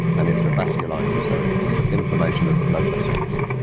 and it's a vasculitis, so it's inflammation of the blood vessels.